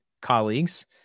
colleagues